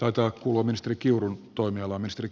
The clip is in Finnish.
taitaa kuulua ministeri kiurun toimialaan